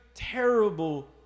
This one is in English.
Terrible